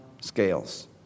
scales